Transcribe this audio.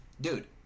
dude